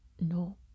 no